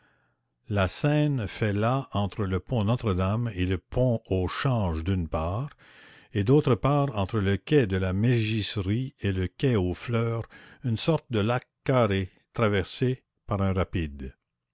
la seine fait là entre le pont notre-dame et le pont au change d'une part et d'autre part entre le quai de la mégisserie et le quai aux fleurs une sorte de lac carré traversé par un rapide